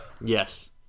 Yes